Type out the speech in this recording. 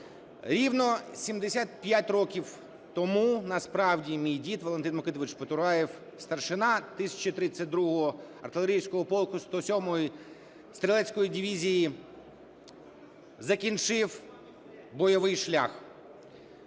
рівно 75 років тому насправді мій дід Валентин Микитович Потураєв, старшина 1032 артилерійського полку 107-ї стрілецької дивізії, закінчив бойовий шлях.